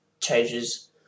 changes